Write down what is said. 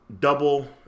Double